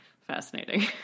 Fascinating